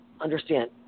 understand